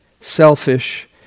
selfish